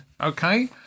Okay